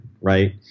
right